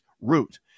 root